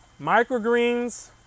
microgreens